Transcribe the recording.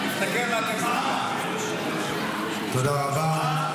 אבל תסתכל על --- תודה רבה.